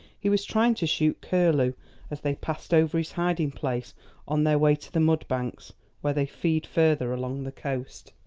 he was trying to shoot curlew as they passed over his hiding-place on their way to the mud banks where they feed further along the coast.